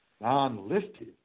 non-listed